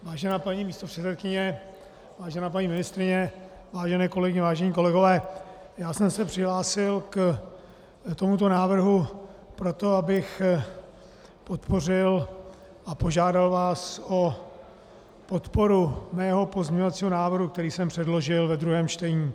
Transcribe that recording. Vážená paní místopředsedkyně, vážená paní ministryně, vážené kolegyně, vážení kolegové, já jsem se přihlásil k tomuto návrhu proto, abych podpořil a požádal vás o podporu mého pozměňovacího návrhu, který jsem předložil ve druhém čtení.